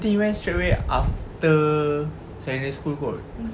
I think he went straightaway after secondary school kot